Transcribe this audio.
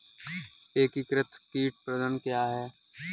एकीकृत कीट प्रबंधन क्या है?